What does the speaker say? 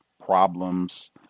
problems